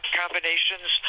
combinations